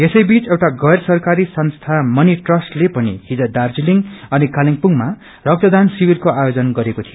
यसैबीच एउटा गैर सरकारी संस्था मणिट्रस्टले पनि हिज दार्जीलिङ अनि कालेबुङमा रक्तदान शिविरको आयोजन गरेको थियो